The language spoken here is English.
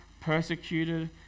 persecuted